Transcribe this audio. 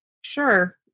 Sure